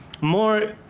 More